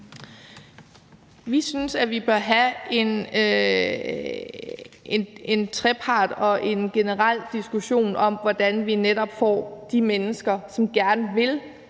Vi synes, at vi bør have en trepartsforhandling og en generel diskussion om, hvordan vi i højere grad får de mennesker, som gerne vil